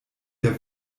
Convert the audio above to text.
der